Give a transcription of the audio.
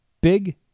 Big